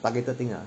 targeted thing lah